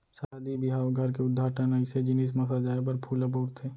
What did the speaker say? सादी बिहाव, घर के उद्घाटन अइसन जिनिस म सजाए बर फूल ल बउरथे